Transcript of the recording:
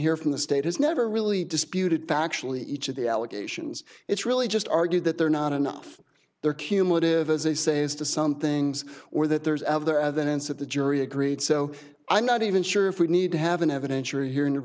hear from the state has never really disputed factually each of the allegations it's really just argued that there are not enough there cumulative as they say as to some things or that there's other evidence that the jury agreed so i'm not even sure if we need to have an evidentiary hearing t